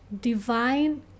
divine